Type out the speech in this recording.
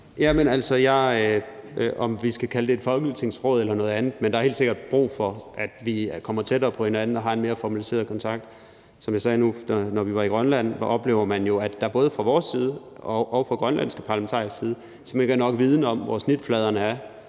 kan være, om vi skal kalde det et folketingsråd eller noget andet, men der er helt sikkert brug for, at vi kommer tættere på hinanden, og at vi har en mere formaliseret kontakt. Som jeg sagde, oplevede vi, da vi var i Grønland, jo, at der både fra vores side og fra grønlandske parlamentarikeres side simpelt hen ikke er nok viden om, hvor snitfladerne er,